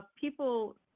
people